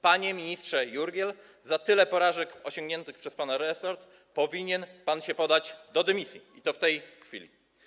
Panie ministrze Jurgiel, za tyle porażek poniesionych przez pana resort powinien pan się podać do dymisji i to w tej chwili.